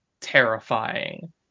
terrifying